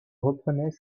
reprenait